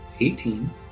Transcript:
Eighteen